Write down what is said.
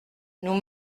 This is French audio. nous